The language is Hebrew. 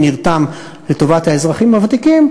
נרתם לטובת האזרחים הוותיקים,